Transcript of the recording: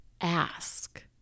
ask